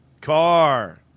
car